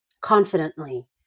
confidently